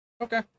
Okay